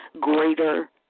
greater